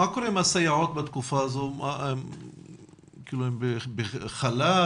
מה קורה עם הסייעות בתקופה הזאת, הן בחל"ת?